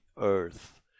earth